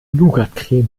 nougatcreme